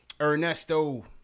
Ernesto